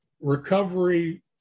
recovery